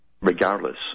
regardless